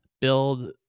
Build